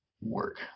work